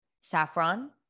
saffron